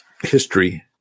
history